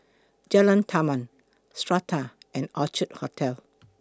Jalan Taman Strata and Orchid Hotel